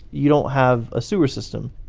you don't have a sewer system?